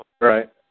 Right